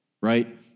right